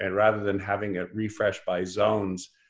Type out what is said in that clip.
and rather than having it refreshed by zones,